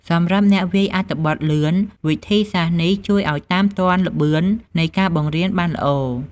សម្រាប់អ្នកវាយអត្ថបទលឿន វិធីសាស្ត្រនេះជួយឲ្យតាមទាន់ល្បឿននៃការបង្រៀនបានល្អ។